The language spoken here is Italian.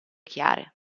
chiare